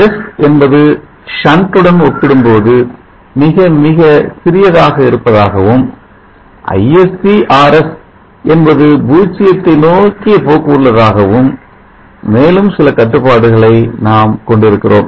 Rs என்பது shunt உடன் ஒப்பிடும்போது மிகமிக சிறியதாக இருப்பதாகவும் Isc Rs என்பது பூச்சியத்தை நோக்கிய போக்கு உள்ளதாகவும் மேலும் சில கட்டுப்பாடுகளை நாம் கொண்டிருக்கிறோம்